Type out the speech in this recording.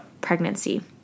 pregnancy